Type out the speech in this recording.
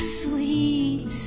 sweet